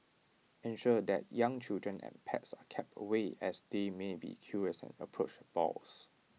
ensure that young children and pets are kept away as they may be curious and approach the boars